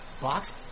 box